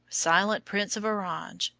silent prince of orange,